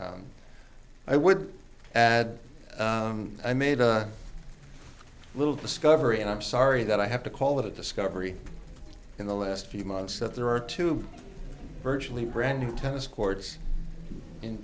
i would add i made a little discovery and i'm sorry that i have to call it a discovery in the last few months that there are two virtually brand new tennis courts in